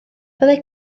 fyddai